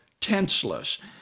tenseless